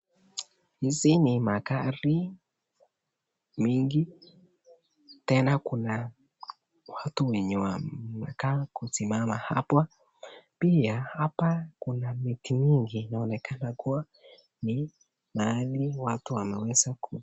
Hizi ni magari mingi tena kuna watu wenye wamekaa kusimama hapa pia hapa kuna nyingi inaonekana kuwa watu ni mahali watu wanaweza kukaa.